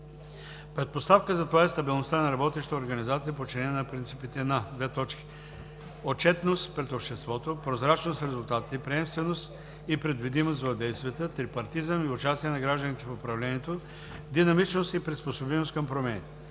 Предпоставка за това е стабилността на работеща организация, подчинена на принципите на: - отчетност пред обществото; - прозрачност в резултатите; - приемственост и предвидимост в действията; - трипартизъм и участие на гражданите в управлението; - динамичност и приспособимост към промените.